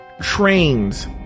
Trains